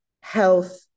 health